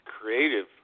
creative